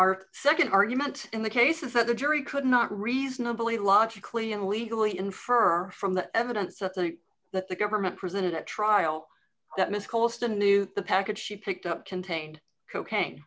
our nd argument in the case is that the jury could not reasonably logically and legally infer from the evidence that the that the government presented at trial that miss causton knew the package she picked up contained cocaine